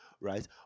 right